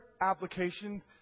application